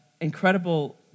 incredible